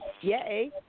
Yay